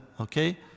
Okay